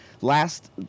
Last